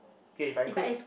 okay if I include